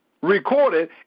Recorded